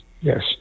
yes